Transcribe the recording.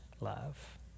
love